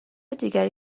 دیگری